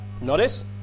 Notice